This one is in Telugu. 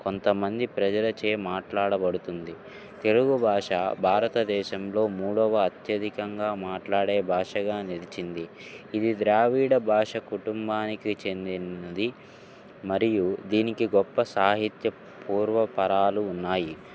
కొంతమంది ప్రజల చే మాట్లాడబడుతుంది తెలుగు భాష భారతదేశంలో మూడవ అత్యధికంగా మాట్లాడే భాషగా నిలిచింది ఇది ద్రావిడ భాష కుటుంబానికి చెందినది మరియు దీనికి గొప్ప సాహిత్య పూర్వపరాలు ఉన్నాయి